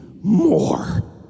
more